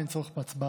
אין צורך בהצבעה.